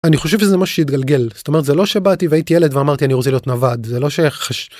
אני חושב שזה מה שהתגלגל זאת אומרת זה לא שבאתי והייתי ילד ואמרתי אני רוצה להיות נווד זה לא